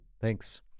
Thanks